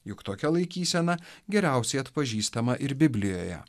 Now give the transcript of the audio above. juk tokia laikysena geriausiai atpažįstama ir biblijoje